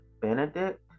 Benedict